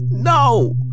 No